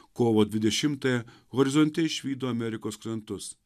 kovo dvidešimąją horizonte išvydo amerikos krantus